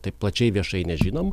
taip plačiai viešai nežinom